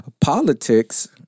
politics